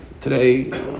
today